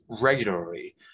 regularly